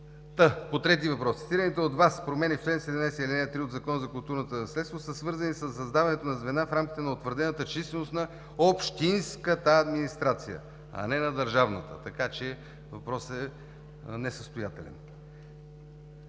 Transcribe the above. По третия въпрос. Цитираните от Вас промени в чл. 17, ал. 3 от Закона за културното наследство са свързани със създаването на звена в рамките на утвърдената численост на общинската администрация, а не на държавната, така че въпросът е несъстоятелен.